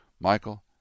Michael